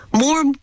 More